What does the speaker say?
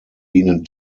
dienen